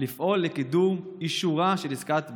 לפעול לקידום אישורה של עסקת בזק-יס."